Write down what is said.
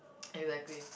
exactly